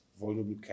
vulnerable